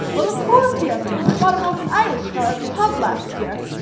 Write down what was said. well of course he has a name. i bought him off an irish fellow at the pub last year.